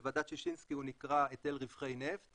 בוועדת ששינסקי הראשונה הוא נקרא היטל רווחי נפט